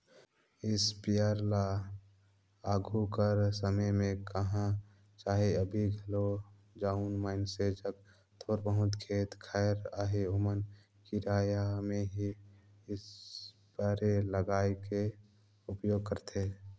sprayer ल आघु कर समे में कह चहे अभीं घलो जउन मइनसे जग थोर बहुत खेत खाएर अहे ओमन किराया में ही इस्परे लाएन के उपयोग करथे